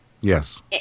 Yes